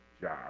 job